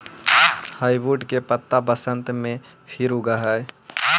hardwood के पत्त्ता बसन्त में फिर उगऽ हई